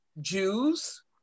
Jews